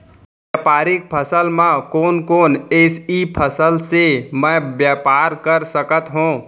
व्यापारिक फसल म कोन कोन एसई फसल से मैं व्यापार कर सकत हो?